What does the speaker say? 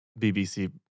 BBC